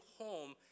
home